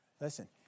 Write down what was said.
Listen